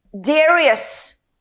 Darius